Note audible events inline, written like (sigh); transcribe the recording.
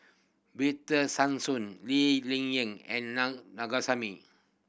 Victor Sassoon Lee Ling Yen and Nan (unintelligible)